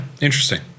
interesting